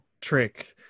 trick